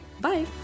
bye